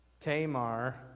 Tamar